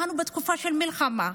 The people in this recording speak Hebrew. אנחנו בתקופה של מלחמה.